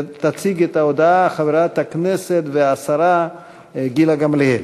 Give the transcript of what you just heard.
תציג את ההודעה חברת הכנסת והשרה גילה גמליאל.